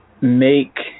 make